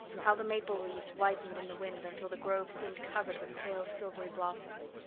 how the maple leaves whitened in the wind until the grove seemed covered with pale silvery blossoms!